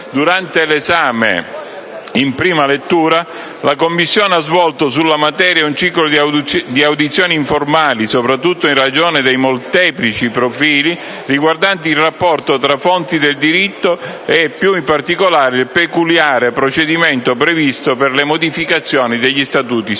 Durante l'esame in prima lettura la Commissione ha svolto sulla materia un ciclo di audizioni informali, soprattutto in ragione dei molteplici profili riguardanti il rapporto tra fonti del diritto e, più in particolare, il peculiare procedimento previsto per le modificazioni degli Statuti speciali.